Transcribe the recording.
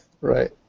Right